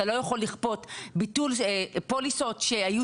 אתה לא יכול לכפות ביטול פוליסות שהיו